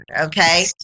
Okay